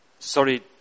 Sorry